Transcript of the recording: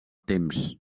temps